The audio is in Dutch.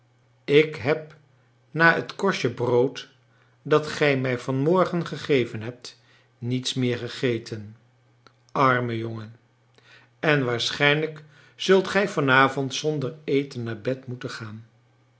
ik heb na het korstje brood dat gij mij vanmorgen gegeven hebt niets meer gegeten arme jongen en waarschijnlijk zult gij vanavond zonder eten naar bed moeten gaan